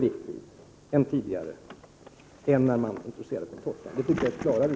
Jag tycker att uttalandet är klarare.